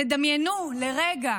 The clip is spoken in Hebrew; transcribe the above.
דמיינו לרגע